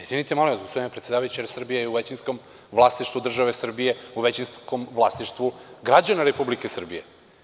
Izvinite, molim vas, gospodine predsedavajući Er Srbija je u većinskom vlasništvu države Srbije, u većinskom vlasništvu građana Republike Srbije.